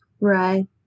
Right